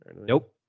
nope